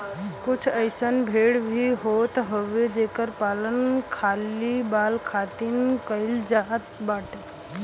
कुछ अइसन भेड़ भी होत हई जेकर पालन खाली बाल खातिर कईल जात बाटे